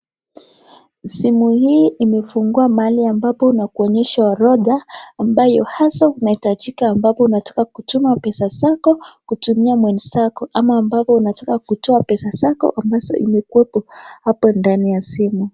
Simu hii imefungua mahali ambapo inakuonyesha orodha ambayo hasa unahitajika ambapo unataka kutuma pesa zako kutumia mwenzako ama ambapo unataka kutoa pesa zako ambazo imekuwepo hapo ndani ya simiu.